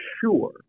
sure